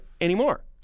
anymore